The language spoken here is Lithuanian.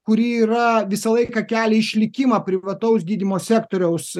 kuri yra visą laiką kelia išlikimą privataus gydymo sektoriaus